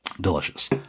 Delicious